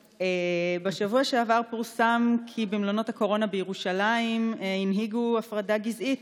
בשבוע שעבר פורסם כי במלונות הקורונה בירושלים הנהיגו הפרדה גזעית,